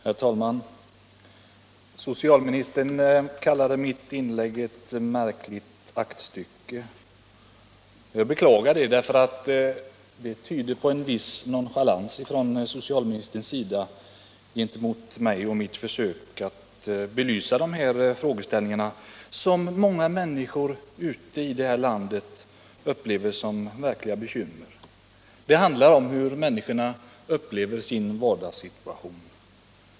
Herr talman! Socialministern kallade mitt inlägg för ett märkligt aktstycke. Jag beklagar det, eftersom det tyder på en viss nonchalans från socialministerns sida gentemot mig och mitt försök att belysa dessa frågeställningar, som många människor ute i landet upplever som verkliga bekymmer. Det handlar om hur människorna upplever sin vardagssituation.